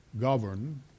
govern